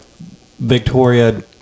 Victoria